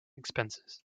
expenses